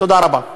תודה רבה.